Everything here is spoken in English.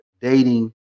dating